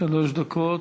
דקות.